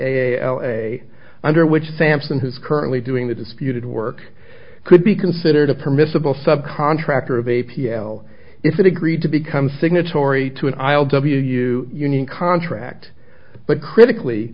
a l a under which sampson who's currently doing the disputed work could be considered a permissible sub contractor of a p l if it agreed to become signatory to an i o w union contract but critically